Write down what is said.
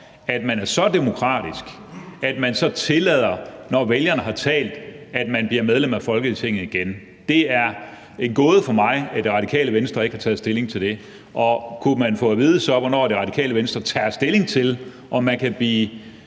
at man er så demokratisk, at man tillader, når vælgerne har talt, at vedkommende bliver medlem af Folketinget igen. Det er en gåde for mig, at Radikale Venstre ikke har taget stilling til det. Og kunne man så få at vide, hvornår Radikale Venstre tager stilling til, om man kan